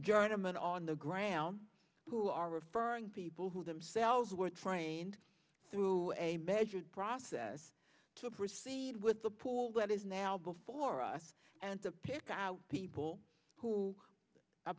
german on the ground who are referring people who themselves were trained through a man process to proceed with the pull that is now before us and to pick out people who